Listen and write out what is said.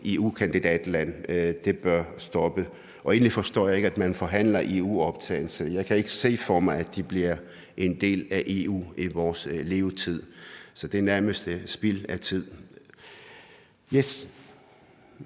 EU-kandidatland. Det bør stoppe. Egentlig forstår jeg ikke, at man forhandler EU-optagelse, for jeg kan ikke se for mig, at de bliver en del af EU i vores levetid. Så det er nærmest spild af tid. Kl.